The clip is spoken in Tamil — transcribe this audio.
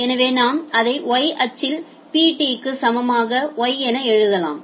எனவே நாம் அதை Y அச்சில் Pt க்கு சமமாக Y என எழுதலாம்